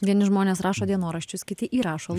vieni žmonės rašo dienoraščius kiti įrašo